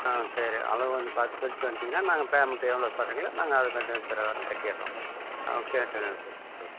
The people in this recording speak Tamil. ஆ சரி அளவு வந்து பார்த்து சொல்லிட்டு வந்துட்டீங்கன்னா நாங்கள் பேமெண்ட்டு எவ்வளோ சொல்கிறீங்களோ நாங்கள் அது பிரகாரம் கட்டிடுறோம் ஆ கேட்டை நீங்கள் போட்டுக் கொடுத்துருணும்